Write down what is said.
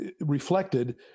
reflected